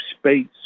space